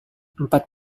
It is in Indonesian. empat